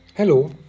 Hello